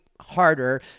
harder